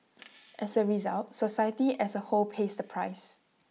as A result society as A whole pays the price